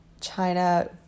China